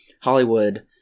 Hollywood